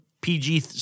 PG